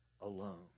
alone